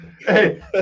Hey